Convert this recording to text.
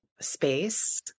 space